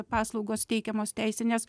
paslaugos teikiamos teisinės